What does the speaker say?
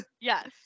Yes